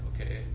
okay